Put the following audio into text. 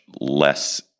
less